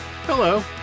Hello